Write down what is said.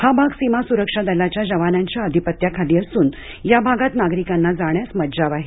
हा भाग सीमा सुरक्षा दलाच्या जवानांच्या अधिपत्याखाली असून या भागात नागरिकांना जाण्यास मज्जाव आहे